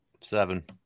seven